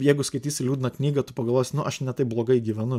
jeigu skaitysi liūdną knygą tu pagalvosi nu aš ne taip blogai gyvenu